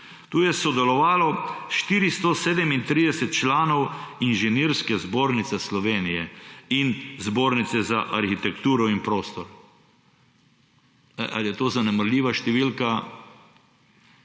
Tu je sodelovalo 437 članov Inženirske zbornice Slovenije in Zbornice za arhitekturo in prostor. A je to zanemarljiva številka,